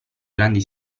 grandi